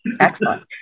Excellent